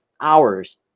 hours